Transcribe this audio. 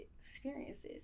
experiences